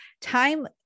time